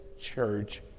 church